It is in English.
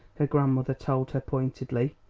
her grandmother told her pointedly.